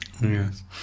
yes